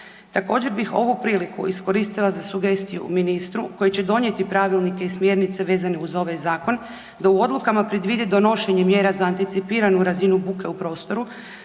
Također bi ovu priliku iskoristila za sugestiju ministru koji će donijeti pravilnike i smjernice vezane uz ovaj zakon da u odlukama predvidi donošenje mjera za anticipiranu razinu buke u prostoru,